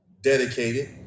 dedicated